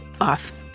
Off